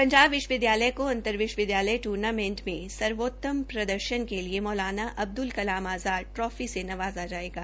पंजाब विश्वविद्यालनय को अंतर विश्वविद्यालय ट्र्नामेंट में सर्वोत्तम प्रदर्शन के लिए मौलाना अबुल कलाम आजाद ट्राफी से नवाजा जायेगा